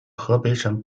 河北省